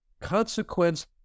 consequence